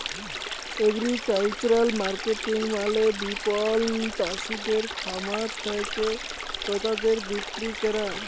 agricultural marketing মালে বিপণল চাসিদের খামার থেক্যে ক্রেতাদের বিক্রি ক্যরা